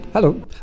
Hello